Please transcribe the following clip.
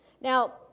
Now